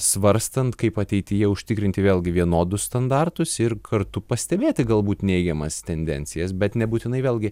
svarstant kaip ateityje užtikrinti vėlgi vienodus standartus ir kartu pastebėti galbūt neigiamas tendencijas bet nebūtinai vėlgi